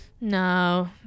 No